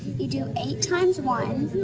you do eight times one,